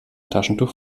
taschentuch